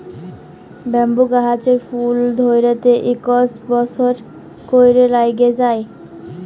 bamboo গাহাচের ফুল ধ্যইরতে ইকশ বসর ক্যইরে ল্যাইগে যায়